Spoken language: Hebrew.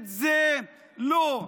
זה לא.